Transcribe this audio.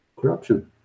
Corruption